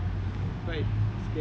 can do lah